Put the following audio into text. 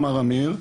אמר עמיר,